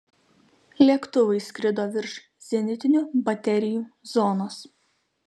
lėktuvai skrido virš zenitinių baterijų zonos